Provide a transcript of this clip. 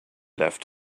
left